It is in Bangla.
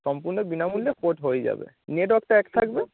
সম্পূর্ণ বিনামূল্যে পোর্ট হয়ে যাবে নেটওয়ার্কটা এক থাকবে